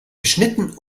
geschnitten